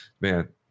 man